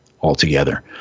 altogether